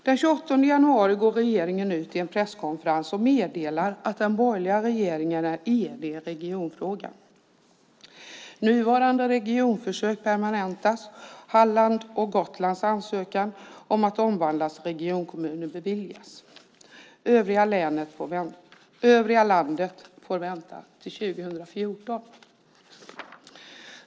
Den 28 januari går man ut i en presskonferens och meddelar att den borgerliga regeringen är enig i regionfrågan. Nuvarande regionförsök permanentas. Hallands och Gotlands ansökningar om att omvandlas till regionkommuner beviljas. Övriga landet får vänta till 2014.